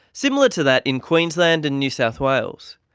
similar to that in queensland and new south wales.